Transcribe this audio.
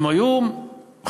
הם היו חלוצים,